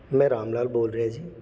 ਮੈਂ ਰਾਮ ਲਾਲ ਬੋਲ ਰਿਹਾ ਜੀ